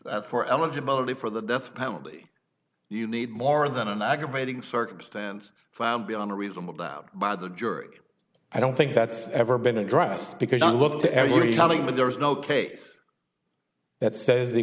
that for eligibility for the death penalty you need more than an aggravating circumstance found beyond a reasonable doubt by the jury i don't think that's ever been addressed because i look to everybody coming but there is no case that says the